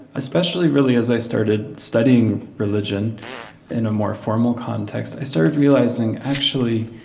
especially, really, as i started studying religion in a more formal context, i started realizing, actually,